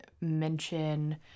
mention